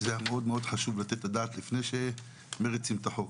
שזה היה מאוד חשוב לתת את הדעת לפני שמריצים את החוק.